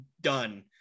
done